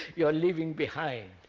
you are leaving behind.